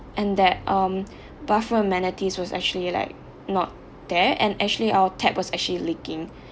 and that um bathroom amenities was actually like not there and actually our tap was actually leaking